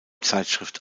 zeitschrift